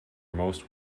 most